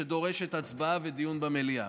שדורשת הצבעה ודיון במליאה,